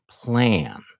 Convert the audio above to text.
plan